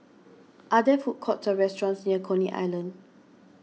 are there food courts or restaurants near Coney Island